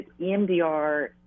EMDR